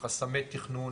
חסמי תכנון,